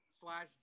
slash